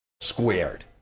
squared